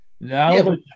now